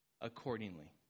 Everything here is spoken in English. Accordingly